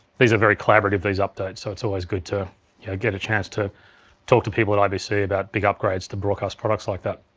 these are very collaborative, these updates, so it's always good to yeah get a chance to talk to people at ibc about big upgrades to broadcast products like that.